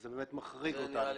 זה באמת מחריג אותנו.